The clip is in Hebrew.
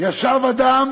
ישב אדם